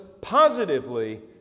positively